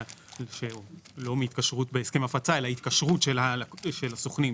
לא התקשרות בהסכם הפצה אלא התקשרות של הסוכנים,